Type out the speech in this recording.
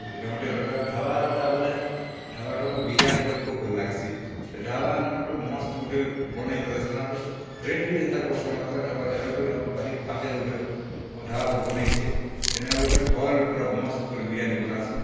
ଏଇଟା ହୋଟେଲ୍ର ଢାବାର ଏଟା ବୋଲେ ଢାବା ହୋଟେଲ୍ ଗଲେ ବିରିୟାନୀ ମତେ ଖୁବ୍ ଭଲ୍ ଲାଗସି ଢାବାନୁ ବୋଲେ ମସ୍ତ୍ ଗୋଟେ ବନେଇକରି ଦେସନ୍ ଆରୁ ରେଟ୍ବି ହେନ୍ତା କରସନ୍ ମାତେ ଆମର୍ ଏବେ କରି ଆମ ପାରି ପାଖେ ଗୋଟେ ଢାବା ବନେଇଛେ ହେନେ ଗୋଟେ ଭଲ୍ ପୁରା ମସ୍ତ୍ କରି ବିରିୟାନୀ ବନାସନ୍